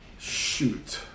Shoot